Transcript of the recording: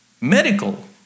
medical